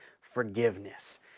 forgiveness